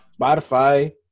Spotify